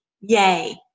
yay